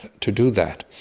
to do that.